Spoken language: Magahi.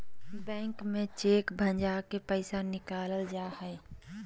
बैंक में चेक भंजा के पैसा निकालल जा हय